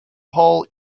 hall